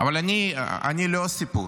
אבל אני אני לא הסיפור.